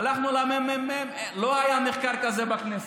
הלכנו לממ"מ, לא היה מחקר כזה בכנסת.